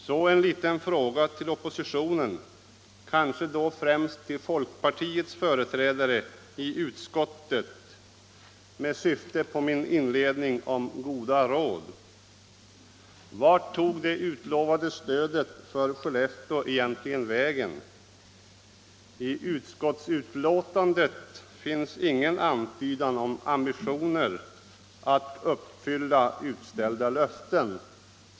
Så en liten fråga till oppositionen, kanske då främst till folkpartiets företrädare i utskottet med syfte på min inledning om goda råd. Vart tog det utlovade stödet för Skellefteå egentligen vägen? I utskottsbetänkandet finns ingen antydan om ambitioner att uppfylla utställda löften.